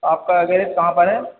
आपका गेरज कहाँ पर है